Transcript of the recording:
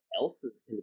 else's